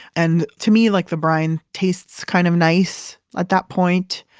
and to me, like the brine tastes kind of nice at that point.